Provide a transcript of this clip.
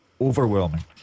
Overwhelming